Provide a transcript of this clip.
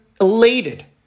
elated